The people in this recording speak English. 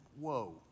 whoa